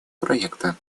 проекта